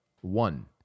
one